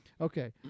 Okay